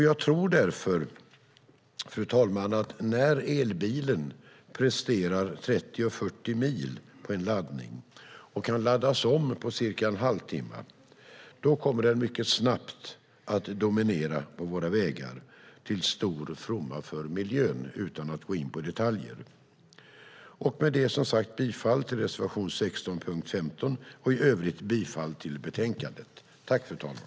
Jag tror därför, fru talman, utan att gå in på detaljer, att när elbilen presterar 30 eller 40 mil på en laddning och kan laddas om på cirka en halvtimme kommer den mycket snabbt att dominera på våra vägar, till stor fromma för miljön. Som sagt yrkar jag bifall till reservation 16 under punkt 15 och i övrigt bifall till förslaget i betänkandet.